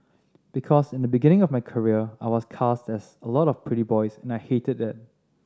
because in the beginning of my career I was cast as a lot of pretty boys and I hated that